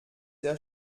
der